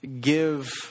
give